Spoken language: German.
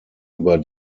über